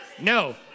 No